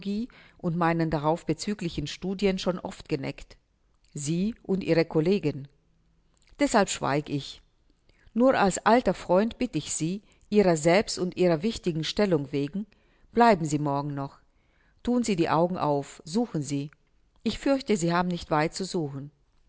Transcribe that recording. und meinen darauf bezüglichen studien schon oft geneckt sie und ihre collegen deßhalb schweig ich nur als alter freund bitt ich sie ihrer selbst und ihrer wichtigen stellung wegen bleiben sie morgen noch thun sie die augen auf suchen sie ich fürchte sie haben nicht weit zu suchen